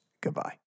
Goodbye